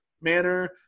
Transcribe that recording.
manner